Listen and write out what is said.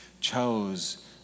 chose